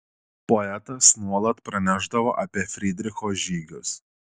poetas nuolat pranešdavo apie frydricho žygius